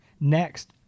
next